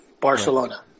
Barcelona